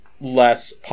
less